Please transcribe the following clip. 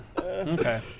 Okay